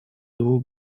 двух